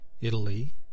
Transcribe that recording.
Italy